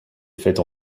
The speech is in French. faite